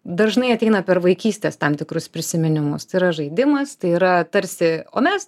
dažnai ateina per vaikystės tam tikrus prisiminimus tai yra žaidimas tai yra tarsi o mes